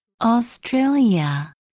Australia